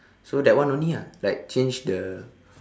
so that one only ah like change the